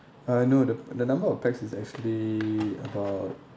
uh no the the number of pax is actually about